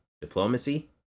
diplomacy